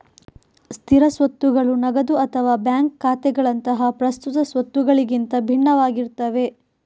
ಸ್ಥಿರ ಸ್ವತ್ತುಗಳು ನಗದು ಅಥವಾ ಬ್ಯಾಂಕ್ ಖಾತೆಗಳಂತಹ ಪ್ರಸ್ತುತ ಸ್ವತ್ತುಗಳಿಗಿಂತ ಭಿನ್ನವಾಗಿರ್ತವೆ